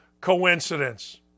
coincidence